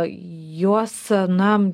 juos na